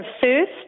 first